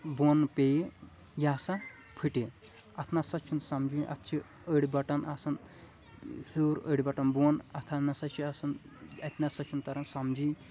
بۄن پیٚیہِ یہِ ہسا پھٕٹہِ اتھ نسا چھُ سمجے اتھ چھ أڈۍ بٹن آسان ہیوٚر أڈۍ بٹن بۄن اتھ نسا چھِ آسان اتہِ نسا چھُنہٕ تران سمجے